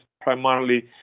primarily